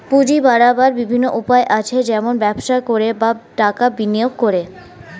পুঁজি বাড়াবার বিভিন্ন উপায় আছে, যেমন ব্যবসা করে, বা টাকা বিনিয়োগ করে